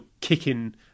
kicking